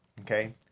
okay